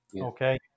okay